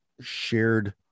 shared